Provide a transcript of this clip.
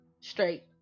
straight